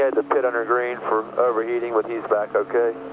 had to pit under green for overheating but he's back okay,